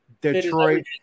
Detroit